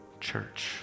church